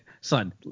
son